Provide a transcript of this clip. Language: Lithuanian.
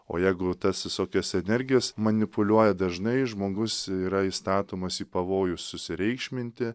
o jeigu tas visokias energijas manipuliuoja dažnai žmogus yra įstatomas pavojus susireikšminti